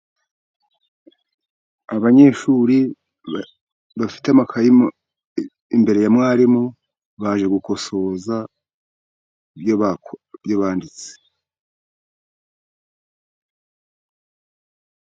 Abanyeshuri bafite amakayi imbere ya mwarimu, baje gukosoza ibyo banditse.